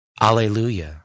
Alleluia